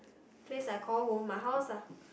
place I call home my house lah